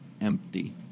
empty